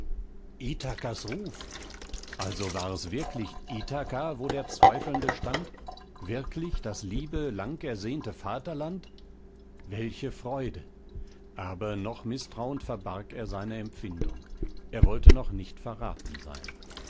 ruf also war es wirklich ithaka wo der zweifelnde stand wirklich das liebe lang ersehnte vaterland welche freude aber noch mißtrauend verbarg er seine empfindung er wollte noch nicht verraten sein